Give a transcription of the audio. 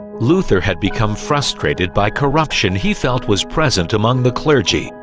luther had become frustrated by corruption he felt was present among the clergy,